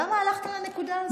למה הלכתם לנקודה הזאת?